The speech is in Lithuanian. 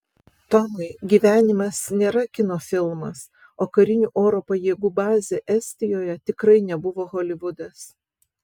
tomai gyvenimas nėra kino filmas o karinių oro pajėgų bazė estijoje tikrai nebuvo holivudas